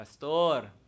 pastor